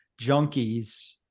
junkies